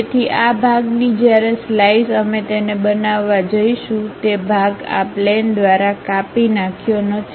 તેથી આ ભાગ ની જ્યારે સ્લાઇસ અમે તેને બનાવવા જઈશું તે ભાગ આ પ્લેન દ્વારા કાપી નાખ્યો નથી